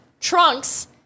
Trunks